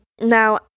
Now